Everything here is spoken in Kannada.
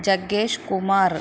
ಜಗ್ಗೇಶ್ ಕುಮಾರ್